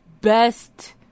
Best